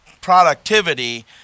productivity